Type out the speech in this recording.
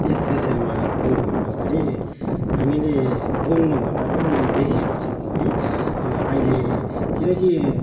यस विषयमा बोल्नुभन्दा अगाडि हामीले बोल्नुभन्दा पनि देखेको छौँ है अहिले किनकि